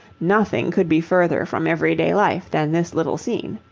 nothing could be further from everyday life than this little scene.